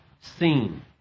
seen